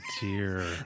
dear